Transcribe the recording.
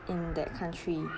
in that country